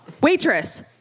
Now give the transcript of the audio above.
Waitress